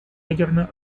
ядерно